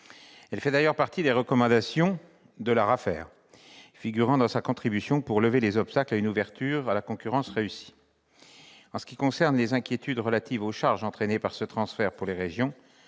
figure d'ailleurs parmi les recommandations présentées par l'ARAFER dans sa contribution intitulée « Lever les obstacles pour une ouverture à la concurrence réussie ». En ce qui concerne les inquiétudes relatives aux charges entraînées par ce transfert pour les régions,